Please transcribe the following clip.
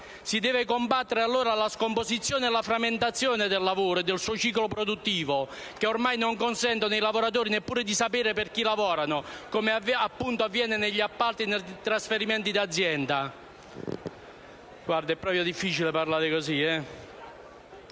Si devono combattere la scomposizione e la frammentazione del lavoro e del suo ciclo produttivo, che ormai non consentono ai lavoratori neppure di sapere per chi lavorano, come avviene negli appalti e nei trasferimenti di azienda.